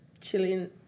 chilling